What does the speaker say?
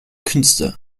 künste